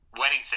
Wedding